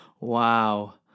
Wow